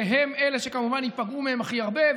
שהם כמובן ייפגעו מהם הכי הרבה,